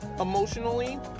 emotionally